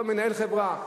כל מנהל חברה,